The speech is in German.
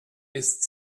ist